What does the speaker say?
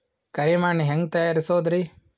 ಕರಿ ಮಣ್ ಹೆಂಗ್ ತಯಾರಸೋದರಿ?